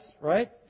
right